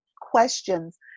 questions